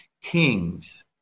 Kings